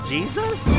Jesus